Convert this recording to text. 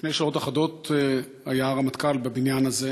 לפני שעות אחדות היה הרמטכ"ל בבניין הזה.